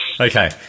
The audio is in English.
Okay